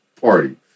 party